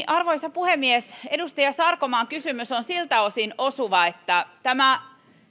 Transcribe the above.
arvoisa puhemies edustaja sarkomaan kysymys on siltä osin osuva että tämä